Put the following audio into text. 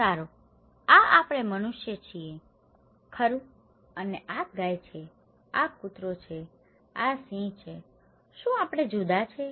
સારું આ આપણે મનુષ્ય છીએ ખરું અને આ ગાય છે આ કૂતરો છે આ સિંહ છે શું આપણે જુદા છીએ